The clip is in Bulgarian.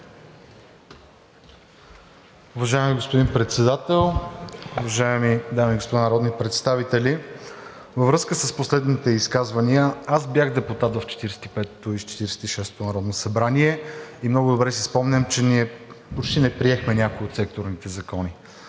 Уважаеми господин Председател, уважаеми дами и господа народни представители! Във връзка с последните изказвания, аз бях депутат в Четиридесет и петото и Четиридесет и шестото народно събрание и много добре си спомням, че ние почти не приехме някои от секторните закони.